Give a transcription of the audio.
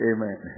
Amen